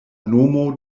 nomo